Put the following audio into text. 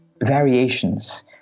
variations